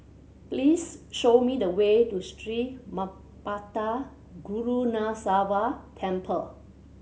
please show me the way to Sri Manmatha Karuneshvarar Temple